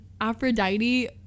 Aphrodite